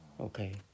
Okay